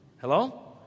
hello